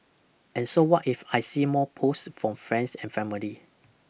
and so what if I see more posts from friends and family